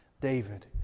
David